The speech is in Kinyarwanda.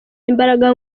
imbaraga